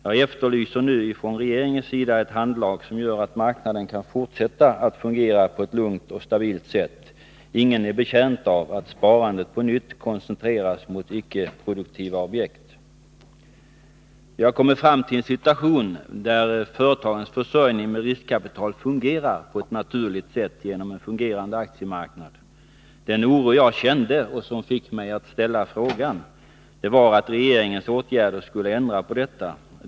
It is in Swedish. Jag efterlyser nu från regeringens sida ett handlag som gör att marknaden kan fortsätta att fungera på ett lungt och stabilt sätt. Ingen är betjänt av att sparandet på nytt koncentreras mot icke-produktiva objekt. Vi har kommit fram till en situation där företagens försörjning med riskkapital fungerar på ett naturligt sätt genom en fungerande aktiemarknad. Den oro jag kände och som fick mig att ställa frågan var att regeringens åtgärder skulle ändra på detta.